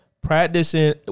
practicing